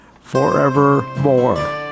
forevermore